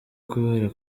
kubera